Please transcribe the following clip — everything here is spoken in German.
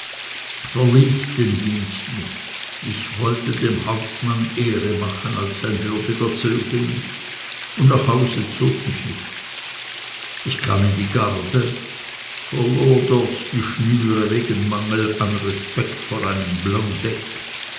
verließ den dienst nicht ich wollte dem hauptmann ehre machen als sein würdiger zögling und nach hause zog mich nichts ich kam in die garde verlor dort die schnüre wegen mangel an respekt vor einem